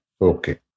Okay